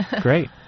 Great